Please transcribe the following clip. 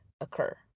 occur